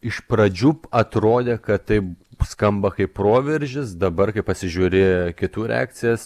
iš pradžių atrodė kad tai skamba kaip proveržis dabar kai pasižiūri kitų reakcijas